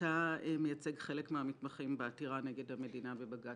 אתה מייצג חלק מהמתמחים בעתירה נגד המדינה בבג"ץ.